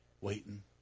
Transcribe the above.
waiting